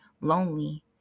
lonely